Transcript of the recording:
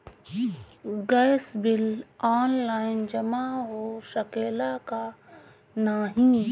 Gas bill online जमा हो सकेला का नाहीं?